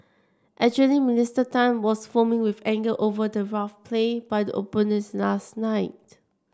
actually Minister Tan was foaming with anger over the rough play by the opponents last night